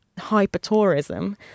hyper-tourism